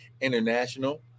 International